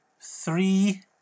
three